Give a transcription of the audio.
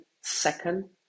second